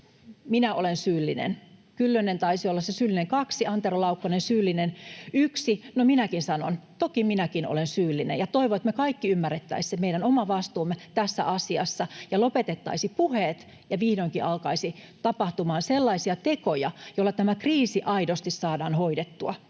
että on syyllinen — Kyllönen taisi olla se syyllinen numero kaksi, Antero Laukkanen syyllinen numero yksi. No minäkin sanon, että toki minäkin olen syyllinen. Ja toivon, että me kaikki ymmärrettäisiin se meidän oma vastuumme tässä asiassa ja lopetettaisiin puheet ja että vihdoinkin alkaisi tapahtumaan sellaisia tekoja, joilla tämä kriisi aidosti saadaan hoidettua.